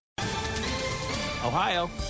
ohio